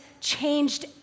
changed